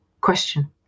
question